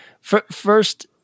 First